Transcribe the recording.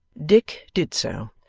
dick did so,